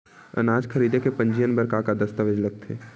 अनाज खरीदे के पंजीयन बर का का दस्तावेज लगथे?